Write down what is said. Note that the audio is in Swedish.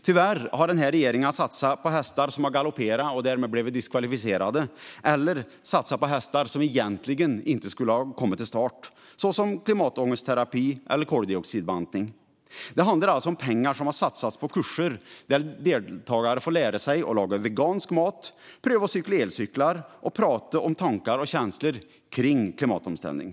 Tyvärr har den här regeringen satsat på hästar som har galopperat och därmed diskvalificerats, eller på hästar som egentligen inte skulle ha kommit till start. Det handlar om sådant som klimatångestterapi och koldioxidbantning. Det är alltså pengar som har satsats på kurser där deltagare får lära sig laga vegansk mat, pröva att cykla på elcyklar och prata om tankar och känslor kring klimatomställning.